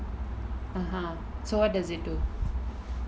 (uh huh) so what does it do